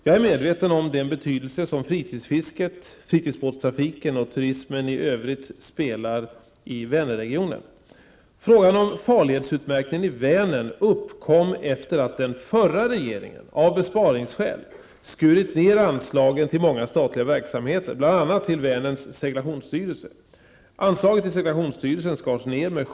Jag är medveten om den betydelse som fritidsfisket, fritidsbåtstrafiken och turismen i övrigt spelar i Frågan om farledsutmärkningen i Vänern uppkom efter att den förra regeringen av besparingsskäl skurit ned anslagen till många statliga verksamheter, bl.a. till Vänerns seglationsstyrelse.